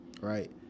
Right